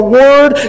word